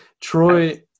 Troy